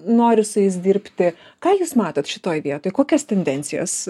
nori su jais dirbti ką jūs matot šitoj vietoj kokias tendencijas